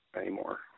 anymore